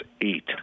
eight